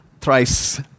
thrice